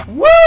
Woo